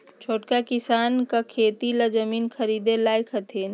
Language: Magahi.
छोटका किसान का खेती ला जमीन ख़रीदे लायक हथीन?